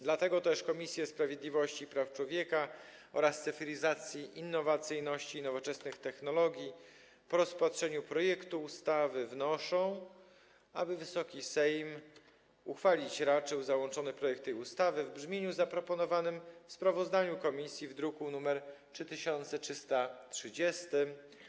Dlatego też Komisje: Sprawiedliwości i Praw Człowieka oraz Cyfryzacji, Innowacyjności i Nowoczesnych Technologii po rozpatrzeniu projektu ustawy wnoszą, aby Wysoki Sejm uchwalić raczył załączony projekt tej ustawy w brzmieniu zaproponowanym w sprawozdaniu komisji w druku nr 3330.